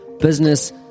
Business